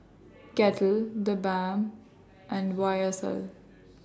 Kettle The Balm and Y S L